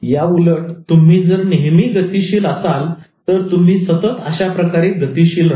याउलट तुम्ही जर नेहमी गतीशील असाल तर तुम्ही सतत अशा प्रकारे गतिशील राहता